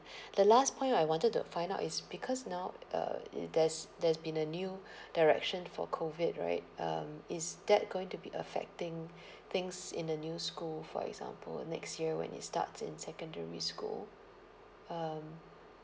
the last point I wanted to find out is because now uh it there's there's been a new direction for COVID right um is that going to be affecting things in the new school for example next year when it starts in secondary school um